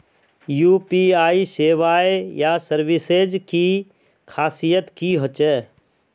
UPI सेवाएँ या services की खासियत की होचे?